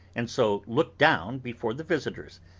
and so look down before the visitors,